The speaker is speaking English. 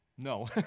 No